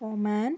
Oman